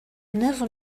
never